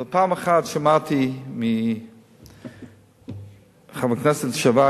אבל פעם שמעתי מחבר הכנסת לשעבר,